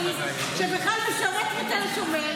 חייבים לעצור אותם.